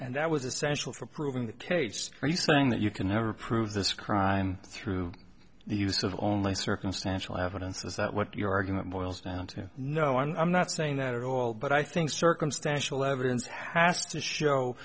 and that was essential for proving the case are you saying that you can never prove this crime through the use of only circumstantial evidence is that what your argument boils down to no i'm not saying that at all but i think circumstantial evidence has to show